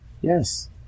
Yes